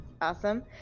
Awesome